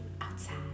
outside